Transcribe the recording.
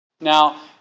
Now